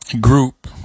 group